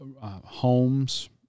homes